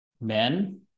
men